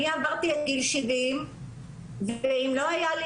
שאני עברתי את גיל 70 ואם לא היה לי